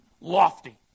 lofty